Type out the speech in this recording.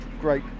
great